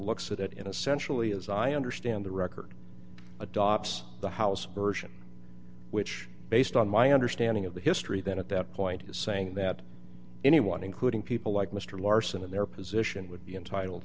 looks at it in a centrally as i understand the record adopts the house version which based on my understanding of the history then at that point saying that anyone including people like mr larsen in their position would be entitle